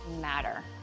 matter